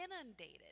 inundated